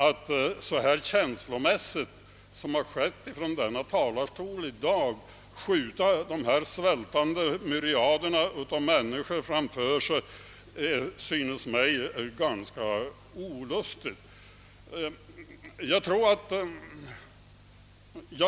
Att så känslomässigt som skett från denna talarstol i dag skjuta de svältande myriaderna människor framför sig synes mig ganska olustigt.